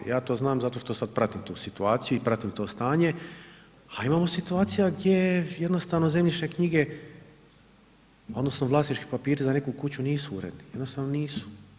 Ja to znam zato što sad pratim tu situaciju i pratim to stanje a imamo situacija gdje jednostavno zemljišne knjige, odnosno vlasnički papiri za neku kuću nisu uredni, jednostavno nisu.